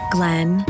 Glenn